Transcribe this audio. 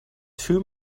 too